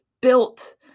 built